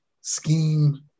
scheme